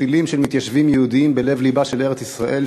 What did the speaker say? שתילים של מתיישבים יהודים בלב-לבה של ארץ-ישראל,